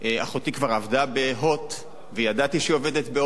אחותי כבר עבדה ב"הוט", וידעתי שהיא עובדת ב"הוט".